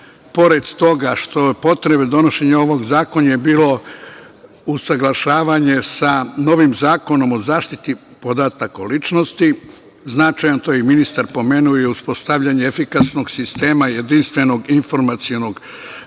pored toga što je potrebno donošenje ovog zakona, bilo je i usaglašavanje sa novim Zakonom o zaštiti podataka ličnosti, značajan je, to je i ministar pomenuo, i uspostavljanje efikasnog sistema, jedinstvenog informacionog